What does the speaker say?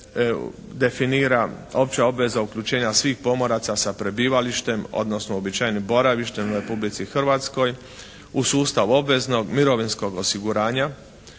se definira opće obveza uključenja svih pomoraca sa prebivalištem, odnosno uobičajenim boravištem u Republici Hrvatskoj u sustav obveznog mirovinskog osiguranja